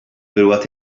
hırvat